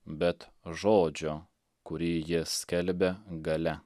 bet žodžio kurį jis skelbia galia